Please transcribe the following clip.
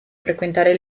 frequentare